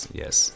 yes